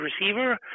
receiver